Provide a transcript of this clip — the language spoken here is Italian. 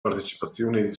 partecipazione